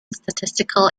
statistical